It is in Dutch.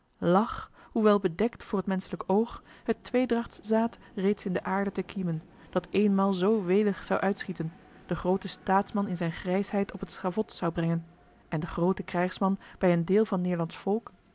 lag hoewel bedekt voor t menschelijk oog het tweedrachtszaad reeds in de aarde te kiemen dat eenmaal zoo welig zou uitschieten den grooten staatsman in zijne grijsheid op het schavot zou brengen en den grooten krijgsman bij een deel van